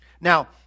Now